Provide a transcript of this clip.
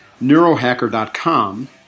neurohacker.com